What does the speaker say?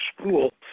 school